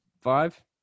Five